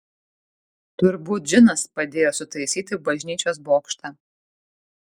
turbūt džinas padėjo sutaisyti bažnyčios bokštą